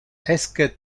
esque